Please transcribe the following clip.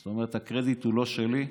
זאת אומרת, הקרדיט הוא לא שלי.